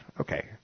Okay